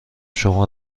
شما